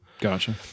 Gotcha